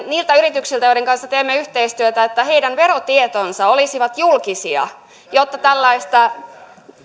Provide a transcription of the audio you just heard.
niiltä yrityksiltä joiden kanssa teemme yhteistyötä että heidän verotietonsa olisivat julkisia jotta tällaista